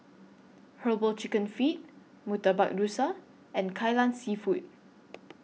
Herbal Chicken Feet Murtabak Rusa and Kai Lan Seafood